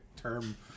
term